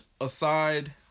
aside